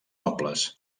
nobles